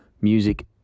music